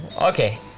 Okay